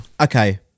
Okay